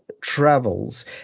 travels